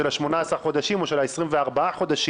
של ה-18 חודשים או של ה-24 חודשים,